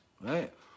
right